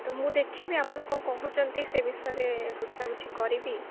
ତ ମୁଁ ଦେଖିବି ଆପଣ କଣ କହୁଛନ୍ତି ସେ ବିଷୟରେ ବୁଝାବୁଝି କରିବି